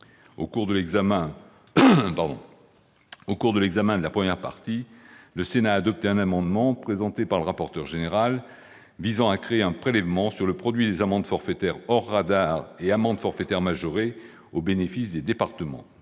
Au cours de l'examen de la première partie, le Sénat a adopté un amendement, présenté par le rapporteur général, visant à créer un prélèvement sur le produit des amendes forfaitaires hors radars et amendes forfaitaires majorées au bénéfice des départements.